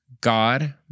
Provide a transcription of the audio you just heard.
God